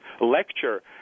lecture